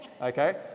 Okay